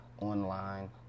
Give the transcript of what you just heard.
online